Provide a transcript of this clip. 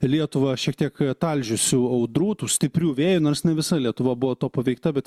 lietuvą šiek tiek talžiusių audrų tų stiprių vėjų nors ne visa lietuva buvo to paveikta bet